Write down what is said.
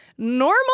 normal